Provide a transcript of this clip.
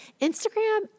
Instagram